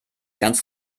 ganz